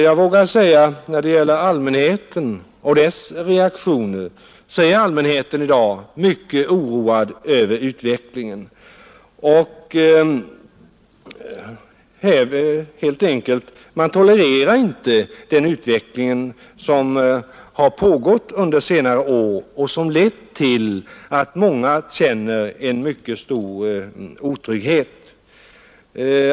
Jag vågar säga att när det gäller allmänheten och dess reaktioner så är allmänheten i dag mycket oroad över utvecklingen. Man tolererar helt enkelt inte den utveckling som har pågått under senare år och som lett till att många känner en mycket stor otrygghet.